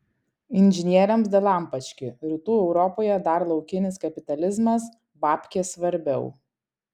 inžinieriams dalampački rytų europoje dar laukinis kapitalizmas babkės svarbiau